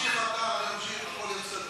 תמשיך אתה, אני אמשיך, הכול יהיה בסדר.